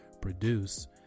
produce